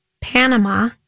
Panama